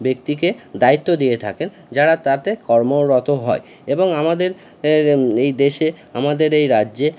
ব্যক্তিকে দায়িত্ব দিয়ে থাকেন যারা তাতে কর্মরত হয় এবং আমাদের এই দেশে আমাদের এই রাজ্যে